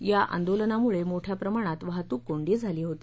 या आंदोलनामुळे मोठ्या प्रमाणात वाहतूक कोंडी झाली होती